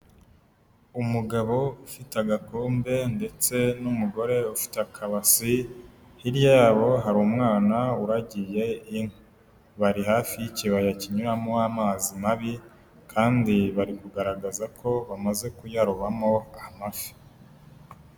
Umugabo ufite agakombe, ndetse n'umugore ufite akabase, hirya yabo hari umwana uragiye. Bari hafi y'ikibaya kinyuramo amazi mabi, kandi bari kugaragaza ko bamaze kuyarobamo amafi.